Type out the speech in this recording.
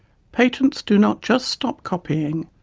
patents do not just stop copying.